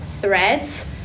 threads